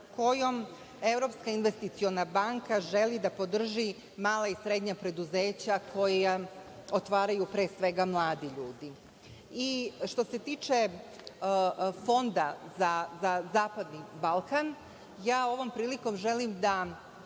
kojom Evropska investiciona banka želi da podrži mala i srednja preduzeća koja otvaraju pre svega mladi ljudi. Što se tiče Fonda za zapadni Balkan, ja ovom prilikom želim da